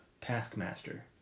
Taskmaster